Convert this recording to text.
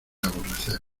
aborrecer